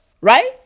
right